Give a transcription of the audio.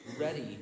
ready